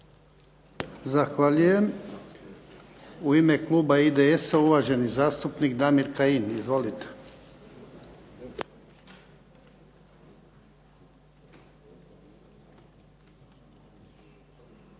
Zahvaljujem. U ime kluba IDS-a uvaženi zastupnik Damir Kajin. Izvolite.